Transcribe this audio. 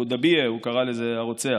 חודיבייה, הוא קרא לזה, הרוצח.